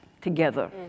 together